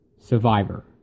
survivor